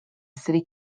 city